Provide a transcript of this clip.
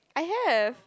I have